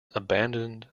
abandoned